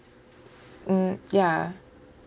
mm ya